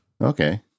Okay